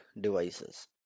devices